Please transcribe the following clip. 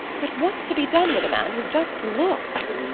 but what's to be done with a man who just looks?